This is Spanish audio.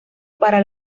para